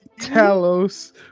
Talos